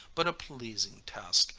but a pleasing task,